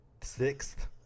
sixth